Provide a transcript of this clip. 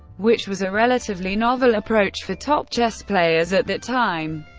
which was a relatively novel approach for top chess players at that time.